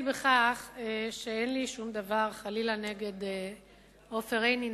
לי שום דבר חלילה נגד עופר עיני.